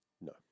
No